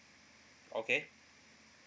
okay